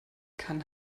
kann